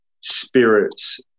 spirits